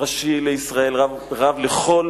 ראשי לישראל, רב לכל